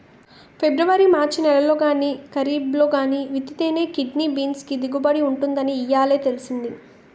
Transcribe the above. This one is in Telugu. పిబ్రవరి మార్చి నెలల్లో గానీ, కరీబ్లో గానీ విత్తితేనే కిడ్నీ బీన్స్ కి దిగుబడి ఉంటుందని ఇయ్యాలే తెలిసింది